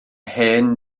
hen